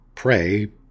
Pray